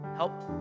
Help